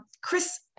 Chris